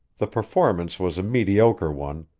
the performance was a mediocre one,